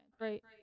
Right